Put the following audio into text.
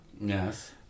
Yes